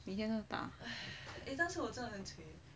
每天都打